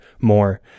more